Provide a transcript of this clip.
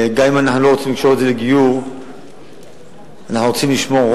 גם אם אנחנו לא רוצים לקשור את זה לגיור,